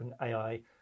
OpenAI